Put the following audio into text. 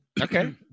Okay